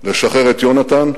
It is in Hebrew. לשחרר את יונתן,